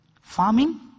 farming